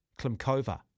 Klimkova